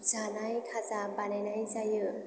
जानाय खाजा बानायनाय जायो